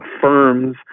firms